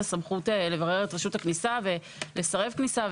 הסמכות לברר את רשות הכניסה ולסרב כניסה,